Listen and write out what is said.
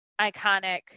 iconic